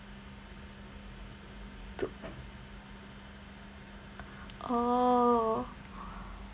to oh